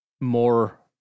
more